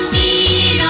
eee